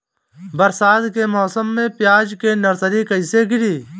बरसात के मौसम में प्याज के नर्सरी कैसे गिरी?